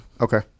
Okay